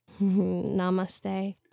namaste